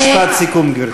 זה נאום, משפט סיכום, גברתי.